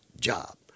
job